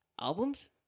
albums